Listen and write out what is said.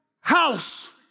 house